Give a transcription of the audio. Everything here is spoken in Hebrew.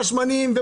זה השמנים.